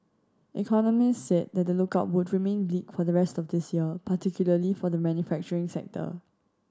Economists said the the outlook would remain bleak for the rest of this year particularly for the manufacturing sector